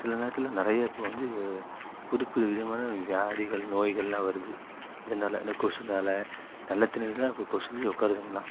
சில நேரத்தில் நிறைய இப்போ வந்து புது புது விதமான வியாதிகள் நோய்களெலாம் வருது இதனால இந்த கொசுவினால நல்ல தண்ணியில் தான் இப்போ கொசுவே உட்காருதுங்களாம்